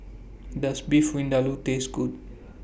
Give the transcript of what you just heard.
Does Beef Vindaloo Taste Good